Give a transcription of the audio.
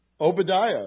Obadiah